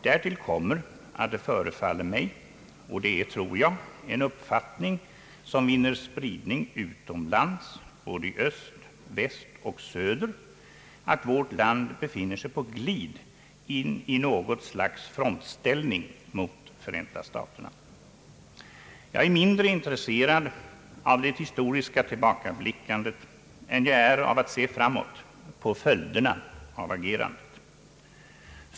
Därtill kommer att det förefaller mig — och det är, tror jag, en uppfattning som vinner spridning utomlands, både i öst, väst och syd — att vårt land befinner sig på glid in i något slags frontställning mot Förenta staterna. Jag är mindre intresserad av det historiska tillbakablickandet än av att se framåt på följderna av agerandet.